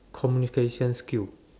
communication skill